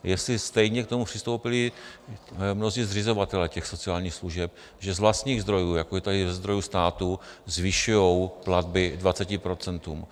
Jestli stejně k tomu přistoupili mnozí zřizovatelé těch sociálních služeb, že z vlastních zdrojů, jako je tady ze zdrojů státu, zvyšují platby dvaceti procentům.